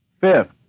Fifth